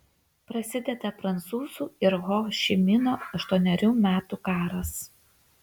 prasideda prancūzų ir ho ši mino aštuonerių metų karas